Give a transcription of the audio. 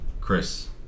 Chris